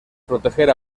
proteger